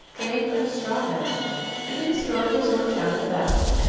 drained on a straw mat in the historic resort town of bath.